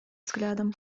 взглядом